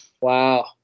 Wow